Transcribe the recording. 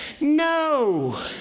No